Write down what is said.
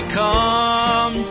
come